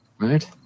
right